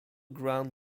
ground